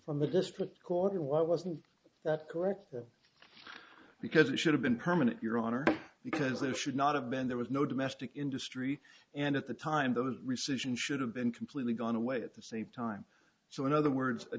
from the district court and why wasn't that correct because it should have been permanent your honor because there should not have been there was no domestic industry and at the time those rescission should have been completely gone away at the same time so in other words a